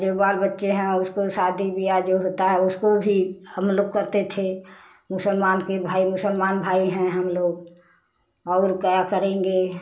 जो बाल बच्चे हैं उसको शादी ब्याह जो होता है उसको भी हम लोग करते थे मुसलमान के भाई मुसलमान भाई हैं हम लोग और क्या करेंगे